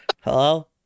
Hello